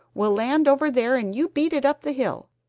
we'll land over there and you beat it up the hill!